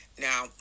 Now